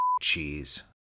cheese